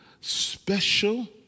special